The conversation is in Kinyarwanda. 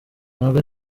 ntabwo